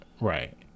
Right